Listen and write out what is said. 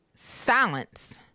Silence